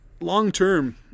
long-term